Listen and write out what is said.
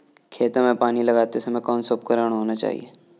खेतों में पानी लगाते समय कौन सा उपकरण होना चाहिए?